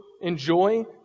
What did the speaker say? Enjoy